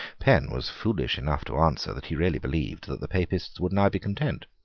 penn was foolish enough to answer that he really believed that the papists would now be content.